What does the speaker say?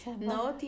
No